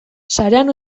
sarean